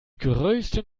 größten